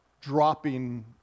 dropping